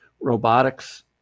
robotics